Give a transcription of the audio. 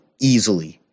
easily